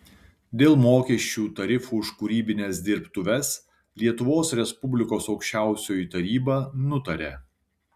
dėl mokesčių tarifų už kūrybines dirbtuves lietuvos respublikos aukščiausioji taryba nutaria